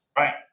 right